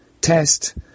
test